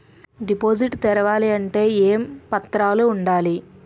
Deposit తెరవాలి అంటే ఏమేం పత్రాలు ఉండాలి?